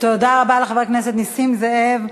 תודה רבה לחבר הכנסת נסים זאב.